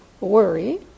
worry